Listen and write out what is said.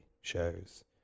shows